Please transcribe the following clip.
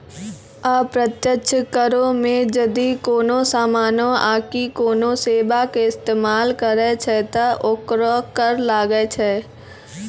अप्रत्यक्ष करो मे जदि कोनो समानो आकि कोनो सेबा के इस्तेमाल करै छै त ओकरो कर लागै छै